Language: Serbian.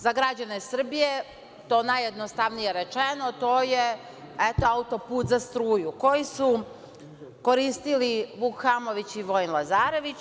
Za građane Srbije je to najjednostavnije rečeno, to je auto-put za struju, koji su koristili Vuk Hamović i Vojin Lazarević.